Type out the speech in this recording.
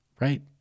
Right